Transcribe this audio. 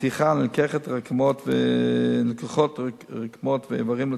נתיחה נלקחות דגימות רקמות ואיברים לצורך בדיקה,